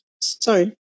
Sorry